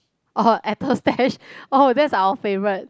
orh apple stash orh that's our favourite